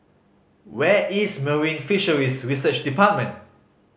where is Marine Fisheries Research Department